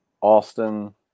Austin